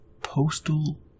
Postal